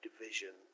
division